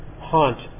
haunt